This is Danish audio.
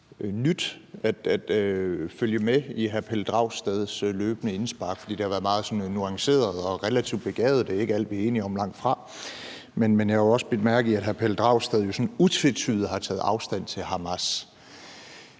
at følge med i hr. Pelle Dragsteds løbende indspark, for det har været meget sådan nuanceret og relativt begavet. Det er ikke alt, vi er enige om, langtfra, men jeg har jo også bidt mærke i, at hr. Pelle Dragsted sådan utvetydigt har taget afstand fra Hamas.